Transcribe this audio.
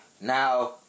Now